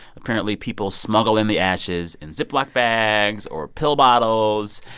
apparently people smuggle in the ashes in ziploc bags or pill bottles.